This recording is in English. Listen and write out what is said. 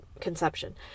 conception